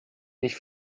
nicht